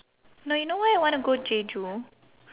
no you know why I wanna go jeju